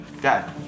Dad